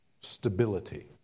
stability